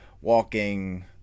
walking